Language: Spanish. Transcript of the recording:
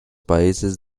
países